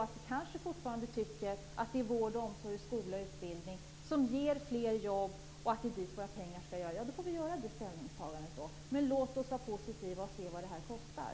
Tycker vi fortfarande att vård, omsorg, skola och utbildning ger fler jobb och att våra pengar skall gå dit, får vi göra det ställningstagandet. Låt oss dock vara positiva och se vad det här kostar.